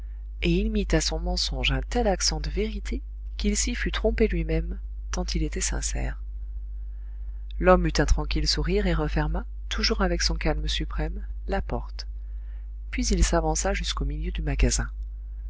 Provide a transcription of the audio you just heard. et il mit à son mensonge un tel accent de vérité qu'il s'y fût trompé lui-même tant il était sincère l'homme eut un tranquille sourire et referma toujours avec son calme suprême la porte puis il s'avança jusqu'au milieu du magasin